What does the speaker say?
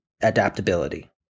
adaptability